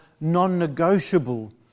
non-negotiable